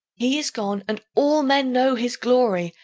he is gone, and all men know his glory,